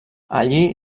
allí